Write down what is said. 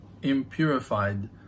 impurified